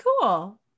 cool